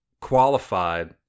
qualified